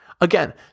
Again